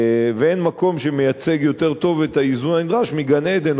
ואין מקום שמייצג יותר טוב את האיזון הנדרש מגן-עדן,